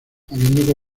habiendo